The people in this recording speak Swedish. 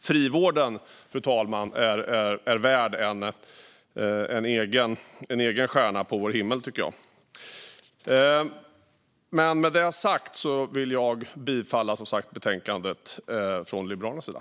Frivården, fru talman, är värd en egen stjärna på vår himmel, tycker jag. Med detta sagt vill jag och Liberalerna som sagt yrka bifall till utskottets förslag.